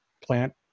plant